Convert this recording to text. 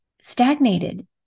stagnated